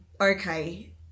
okay